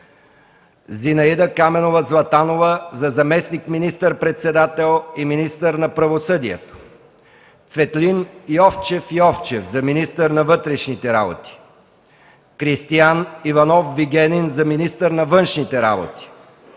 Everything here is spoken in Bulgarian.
Зинаида Каменова Златанова за заместник министър-председател и министър на правосъдието; - Цветлин Йовчев Йовчев за министър на вътрешните работи; - Кристиан Иванов Вигенин за министър на външните работи;